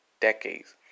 decades